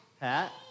Pat